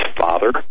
father